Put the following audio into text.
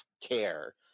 care